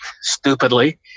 stupidly